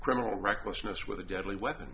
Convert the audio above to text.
criminal recklessness with a deadly weapon